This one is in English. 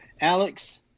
Alex